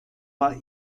war